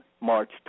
March